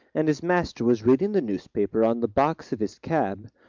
and his master was reading the newspaper on the box of his cab,